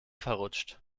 verrutscht